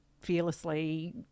fearlessly